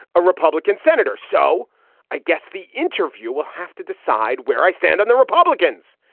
a republican senator. so i guess the interview will have to decide where i stand on the republicans.